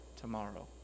tomorrow